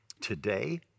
today